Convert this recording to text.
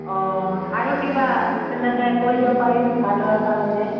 অঁ আৰু কিবা তেনেকৈ কৰিব পাৰিম ভাল হোৱাৰ কাৰণে